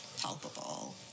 palpable